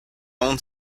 own